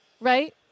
right